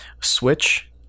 Switch